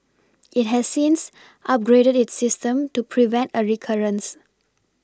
it has since upgraded its system to prevent a recurrence